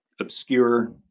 obscure